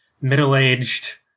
middle-aged